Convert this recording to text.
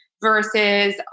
versus